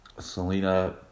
selena